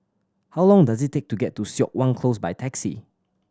how long does it take to get to Siok Wan Close by taxi